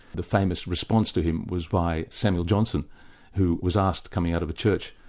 the famous response to him was by samuel johnson who was asked, coming out of a church,